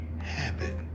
Habit